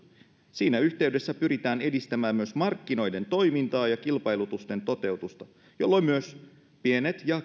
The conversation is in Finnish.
siinä yhteydessä pyritään edistämään myös markkinoiden toimintaa ja kilpailutusten toteutusta jolloin myös pienten ja